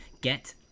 Get